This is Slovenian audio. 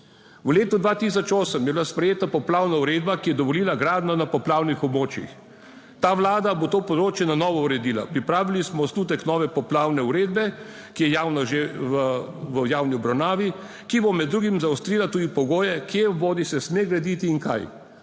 V letu 2008 je bila sprejeta Poplavna uredba, ki je dovolila gradnjo na poplavnih območjih. Ta vlada bo to področje na novo uredila. Pripravili smo osnutek nove poplavne uredbe, ki je javno že v javni obravnavi, ki bo med drugim zaostrila tudi pogoje, kje bodisi sme graditi in kaj.